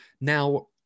now